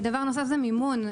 בנוסף, מימון.